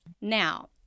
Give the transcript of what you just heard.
now